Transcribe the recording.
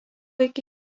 iki